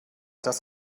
das